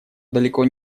далеко